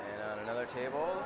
another table